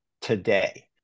today